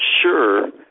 sure